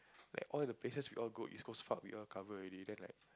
like all the places we all go East Coast Park we all cover already then like